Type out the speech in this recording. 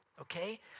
okay